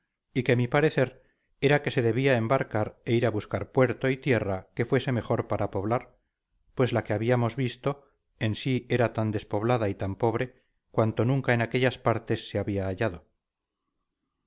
y que mi parecer era que se debía embarcar e ir a buscar puerto y tierra que fuese mejor para poblar pues la que habíamos visto en sí era tan despoblada y tan pobre cuanto nunca en aquellas partes se había hallado